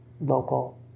local